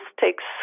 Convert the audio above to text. takes